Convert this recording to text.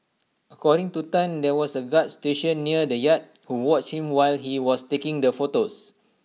according to Tan there was A guard stationed near the yacht who watched him while he was taking the photos